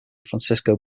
francisco